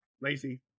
lazy